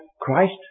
Christ